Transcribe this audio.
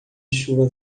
chuva